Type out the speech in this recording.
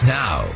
now